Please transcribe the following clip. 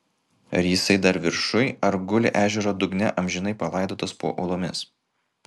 ar jisai dar viršuj ar guli ežero dugne amžinai palaidotas po uolomis